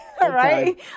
Right